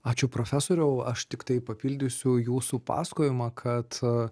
ačiū profesoriau aš tiktai papildysiu jūsų pasakojimą kad